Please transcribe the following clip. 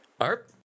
Arp